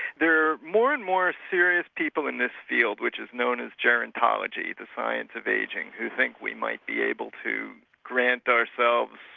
there are more and more serious people in this field which is known as gerontology, the science of ageing, who think we might be able to grant ourselves,